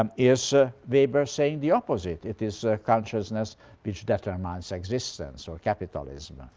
um is ah weber saying the opposite? it is consciousness which determines existence or capitalism.